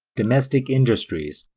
domestic industries,